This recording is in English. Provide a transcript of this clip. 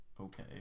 Okay